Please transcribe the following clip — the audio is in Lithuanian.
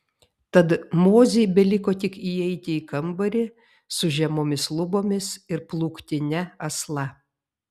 tad mozei beliko tik įeiti į kambarį su žemomis lubomis ir plūktine asla